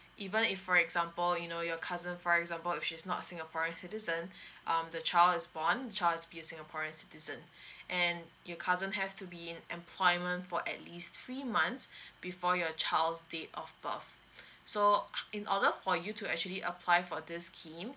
even if for example you know your cousin for example if she's not a singaporean citizen um the child is born the child has to be a singaporean citizen and you cousin has to be in employment for at least three months before your child's date of birth so in order for you to actually apply for this scheme